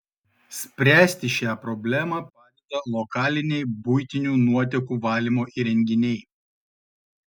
spręsti šią problemą padeda lokaliniai buitinių nuotekų valymo įrenginiai